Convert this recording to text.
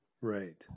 Right